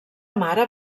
mare